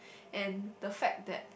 and the fact that